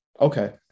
Okay